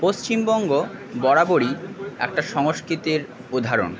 পশ্চিমবঙ্গ বরাবরই একটা সংস্কৃতি উদাহরণ